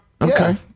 Okay